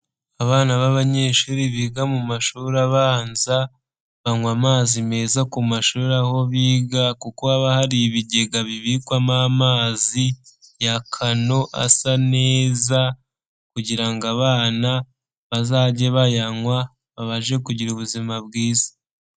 Abana b'abanyeshuri biga mu mashuri abanza, banywa amazi meza ku mashuri aho biga kuko haba hari ibigega bibikwamo amazi ya kano asa neza kugira ngo abana bazajye bayanywa babashe kugira ubuzima bwiza.